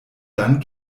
dann